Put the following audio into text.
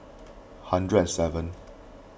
hundred and seven